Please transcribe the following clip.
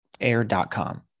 Air.com